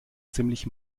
ziemlich